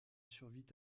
survit